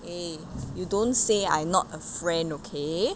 eh you don't say I not a friend okay